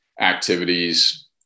activities